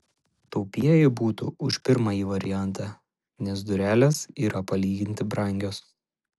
taupieji būtų už pirmąjį variantą nes durelės yra palyginti brangios